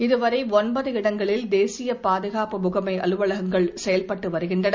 இதுவரை ஒன்பது இடங்களில் தேசிய பாதுகாப்பு முகமை அலுவகங்கள் செயல்பட்டு வருகின்றன